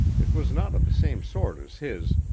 it was not of the same sort as his,